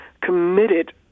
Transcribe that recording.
committed